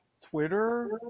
Twitter